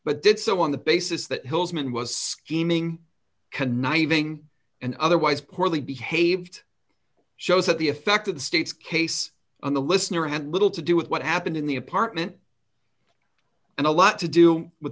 but did so on the basis that hill's man was scheming conniving and otherwise poorly behaved shows that the effect of the state's case on the listener had little to do with what happened in the apartment and a lot to do with